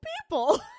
people